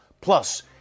Plus